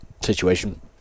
situation